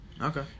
Okay